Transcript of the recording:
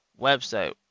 website